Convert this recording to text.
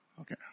Okay